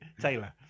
Taylor